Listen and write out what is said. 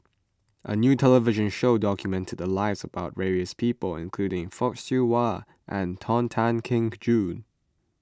a new television show documented the lives of various people including Fock Siew Wah and Tony Tan Keng Joo